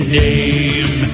name